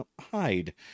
hide